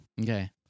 Okay